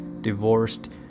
divorced